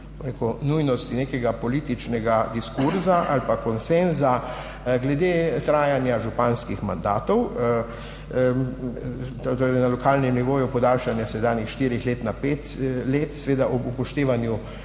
nujnosti nekega političnega diskurza ali pa konsenza glede trajanja županskih mandatov, torej na lokalnem nivoju podaljšanje s sedanjih štirih let na pet let. Seveda ob upoštevanju